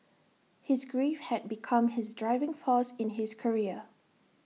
his grief had become his driving force in his career